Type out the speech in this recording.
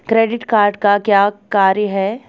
Credit card का क्या कार्य है?